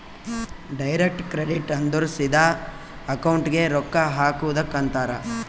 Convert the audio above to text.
direct credit ಅಂದುರ್ ಸಿದಾ ಅಕೌಂಟ್ಗೆ ರೊಕ್ಕಾ ಹಾಕದುಕ್ ಅಂತಾರ್